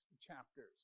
chapters